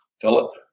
Philip